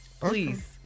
Please